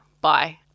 Bye